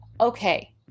okay